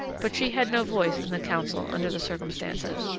but she had no voice in the council under the circumstances,